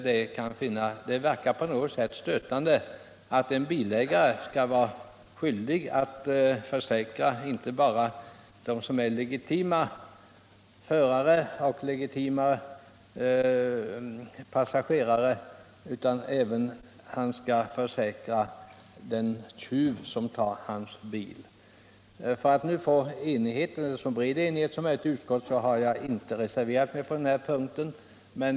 Det verkar på något sätt stötande att en bilägare skall vara skyldig att betala försäkring inte bara för dem som är legitima förare och legitima passagerare utan även för den tjuv som tar hans bil. För att få så bred enighet i utskottet som möjligt har jag emellertid inte reserverat mig på denna punkt.